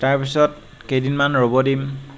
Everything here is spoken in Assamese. তাৰ পিছত কেইদিনমান ৰ'ব দিম